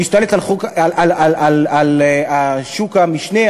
להשתלט על שוק המשנה,